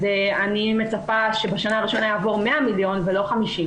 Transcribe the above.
אז אני מצפה שבשנה הראשונה יעברו 100 מיליון ולא 50,